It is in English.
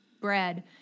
bread